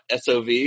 sov